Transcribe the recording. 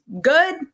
good